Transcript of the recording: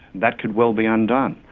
that could well be undone.